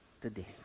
today